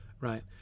Right